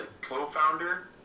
co-founder